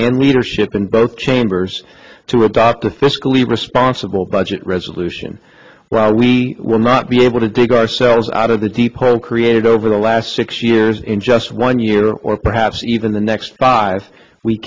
and leadership in both chambers to adopt a fiscally responsible budget resolution we will not be able to dig ourselves out of the deep hole created over the last six years in just one year or perhaps even the next five we